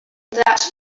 that